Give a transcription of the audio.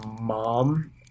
mom